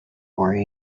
more